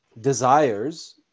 desires